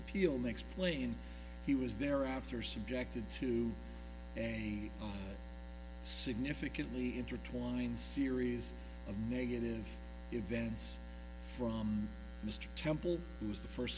appeal next plane he was there after subjected to a significantly intertwined series of negative events from mr temple who was the first